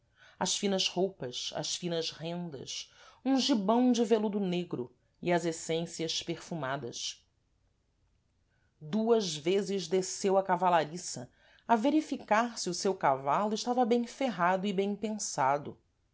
as finas roupas as finas rendas um gibão de veludo negro e as essências perfumadas duas vezes desceu à cavalariça a verificar se o seu cavalo estava bem ferrado e bem pensado